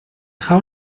how